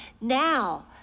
now